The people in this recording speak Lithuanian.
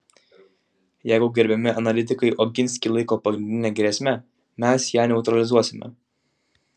jeigu gerbiami analitikai oginskį laiko pagrindine grėsme mes ją neutralizuosime